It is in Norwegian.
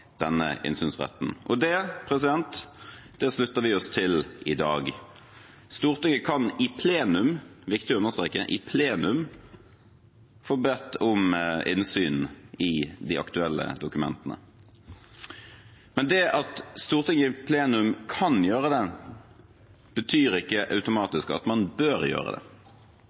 denne innsynsretten. Det slutter vi oss til i dag. Stortinget kan i plenum – det er viktig å understreke det: i plenum – be om innsyn i de aktuelle dokumentene. Men det at Stortinget i plenum kan gjøre det, betyr ikke automatisk at man bør gjøre det.